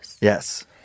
Yes